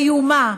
איומה,